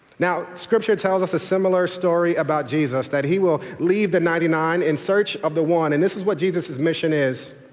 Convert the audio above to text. now, scripture tells us a similar story about jesus, that he will leave the ninety-nine in search of the one, and this is what jesus' mission is,